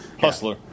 Hustler